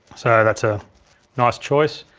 so that's a nice choice.